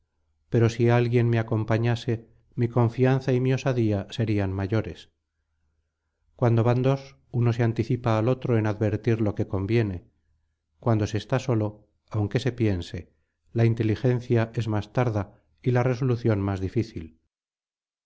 pero si alguien me acompañase mi confianza y mi osadía serían mayores cuando van dos uno se anticipa al otro en advertir lo que conviene cuando se está solo aunque se piense la inteligencia es más tarda y la resolución más difícil